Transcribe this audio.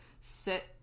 sit